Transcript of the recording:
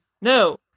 No